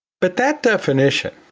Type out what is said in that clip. but that definition,